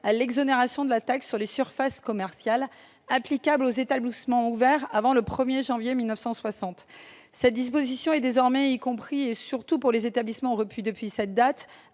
à l'exonération de la taxe sur les surfaces commerciales applicable aux établissements ouverts avant le 1 janvier 1960. Cette disposition est désormais, surtout pour les établissements repris depuis cette date,